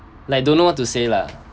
like don't know what to say lah